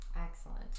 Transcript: Excellent